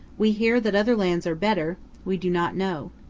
we hear that other lands are better we do not know.